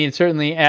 and certainly, yeah